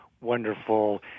wonderful